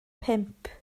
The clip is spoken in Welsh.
pump